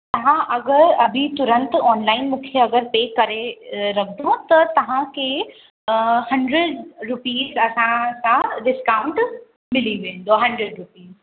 हा अगरि अभी तुरंत ऑनलाइन मूंखे अगरि पे करे रखंदा त तव्हांखे हंड्रेड रुपीज़ असांखां डिस्काउंट मिली वेंदो हंड्रेड रुपीज़